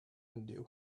undo